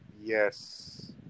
yes